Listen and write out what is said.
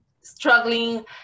struggling